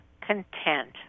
content